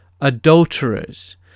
adulterers